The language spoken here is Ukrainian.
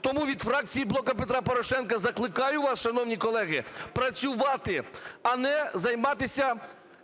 Тому від фракції "Блоку Петра Порошенка" закликаю вас, шановні колеги, працювати, а не займатися